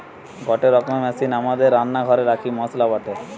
গটে রকমের মেশিন আমাদের রান্না ঘরে রাখি মসলা বাটে